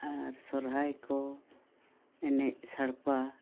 ᱟᱨ ᱥᱚᱨᱦᱟᱭ ᱠᱚ ᱮᱱᱮᱡ ᱥᱟᱲᱯᱟ